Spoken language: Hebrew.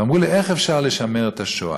אמרו לי: איך אפשר לשמר את השואה?